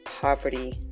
poverty